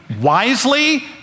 wisely